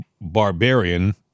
barbarian